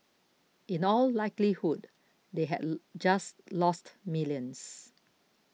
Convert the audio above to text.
in all likelihood they had just lost millions